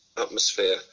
atmosphere